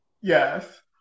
yes